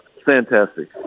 fantastic